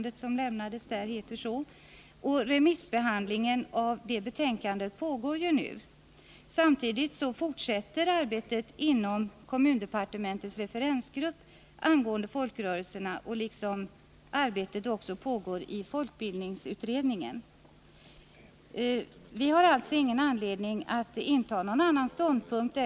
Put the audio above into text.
Remissbehandlingen av detta betänkande pågår nu. Samtidigt fortsätter arbetet om folkrörelserna inom kommundepartementets referensgrupp. Ett arbete pågår också inom folkbildningsutredningen. Vi har alltså ingen anledning att inta någon annan ståndpunkt i dag.